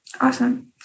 Awesome